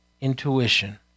intuition